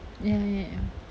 ya ya ya